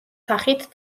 სახით